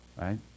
right